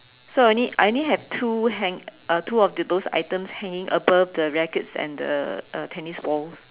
so I only I only have two hang uh two of those items hanging above the rackets and the uh tennis balls